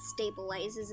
stabilizes